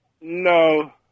No